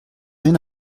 rien